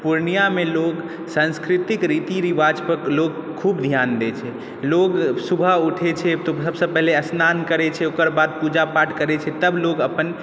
पूर्णियामे लोक सांस्कृतिक रीति रिवाजपर लोक खूब धियान दै छै लोक सुबह उठै छै तऽ सबसँ पहिले स्नान करै छै ओकरबाद पूजा पाठ करै छै तब लोक अपन